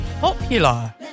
popular